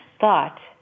thought